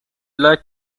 like